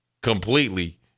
completely